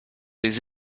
les